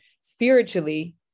spiritually